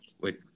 wait